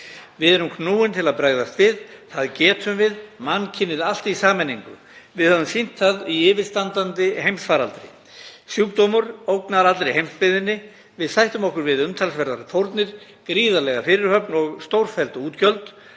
Við erum knúin til að bregðast við. Það getum við, mannkynið allt, í sameiningu. Við höfum sýnt það í yfirstandandi heimsfaraldri. Sjúkdómur ógnar allri heimsbyggðinni. Við sættum okkur við umtalsverðar fórnir, gríðarlega fyrirhöfn og stórfelld útgjöld